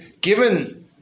given